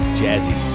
jazzy